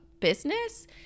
business